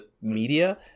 media